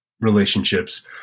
relationships